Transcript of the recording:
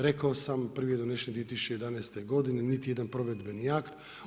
Rekao sam prvi je donesen 2011. godine, niti jedan provedbeni akt.